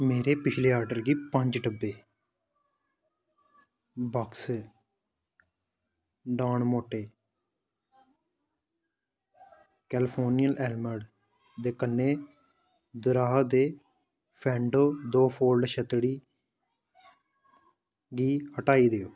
मेरे पिछले आर्डर गी पंज डब्बे box Del Monte California almond दे कन्नै दर्हाओ ते फेंडो दो फोल्ड छतड़ी गी हटाई देओ